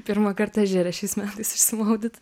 pirmą kartą ežere šiais metais išsimaudyt